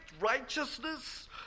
righteousness